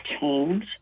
change